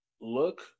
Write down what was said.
look